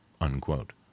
unquote